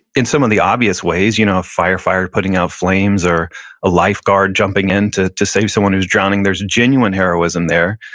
in some of the obvious ways, you know a firefighter putting out flames or a lifeguard jumping in to to save someone who's drowning, there's a genuine heroism there.